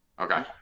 Okay